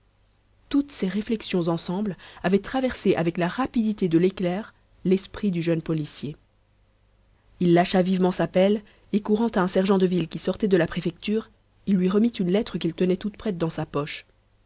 toutes ces réflexions ensemble avaient traversé avec la rapidité de l'éclair l'esprit du jeune policier il lâcha vivement sa pelle et courant à un sergent de ville qui sortait de la préfecture il lui remit une lettre qu'il tenait toute prête dans sa poche